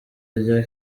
rya